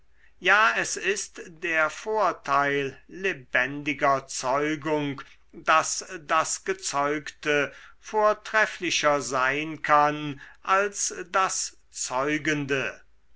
ja es ist der vorteil lebendiger zeugung daß das gezeugte vortrefflicher sein kann als das zeugende